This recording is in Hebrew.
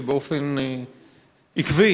שבאופן עקבי